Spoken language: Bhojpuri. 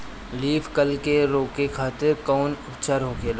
लीफ कल के रोके खातिर कउन उपचार होखेला?